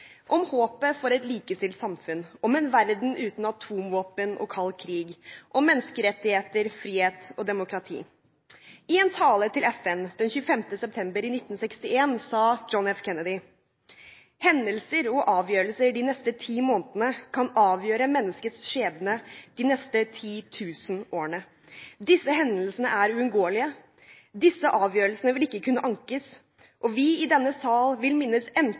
om håpet for et likestilt samfunn, om en verden uten atomvåpen og kald krig, om menneskerettigheter, frihet og demokrati. I en tale til FN den 25. september 1961 sa John F. Kennedy: «Hendelser og avgjørelser de neste 10 månedene, kan avgjøre menneskets skjebne de neste ti tusen årene. Disse hendelsene er uunngåelige. Disse avgjørelsene vil ikke kunne ankes. Og vi i denne sal vil minnes enten som en